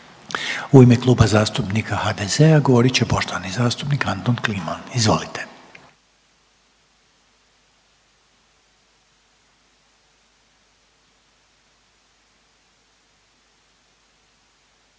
u ime Kluba zastupnika HDZ-a govoriti poštovana zastupnica Nada Murganić, izvolite.